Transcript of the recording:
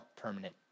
permanent